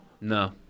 No